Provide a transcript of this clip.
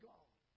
God